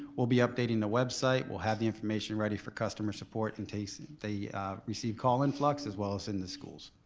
we'll be updating the website, we'll have the information ready for customer support in case they receive call influx as well as in the schools.